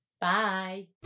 Bye